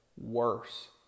worse